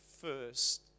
first